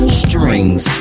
strings